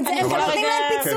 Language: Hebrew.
כמה יהיו אצלנו וכמה יהיו אצלכם,